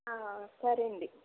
సరే అండి